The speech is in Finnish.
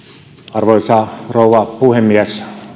arvoisa rouva puhemies olen